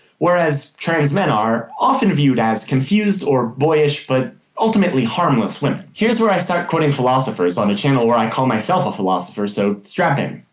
whereas trans men are often viewed as confused or boyish, but ultimately harmless, women. here's where i start quoting philosophers on a channel where i call myself a philosopher, so strap in.